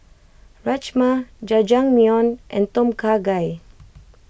Rajma Jajangmyeon and Tom Kha Gai